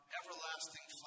everlasting